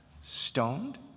stoned